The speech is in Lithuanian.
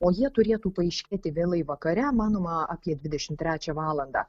o jie turėtų paaiškėti vėlai vakare manoma apie dvidešimt trečią valandą